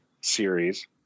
series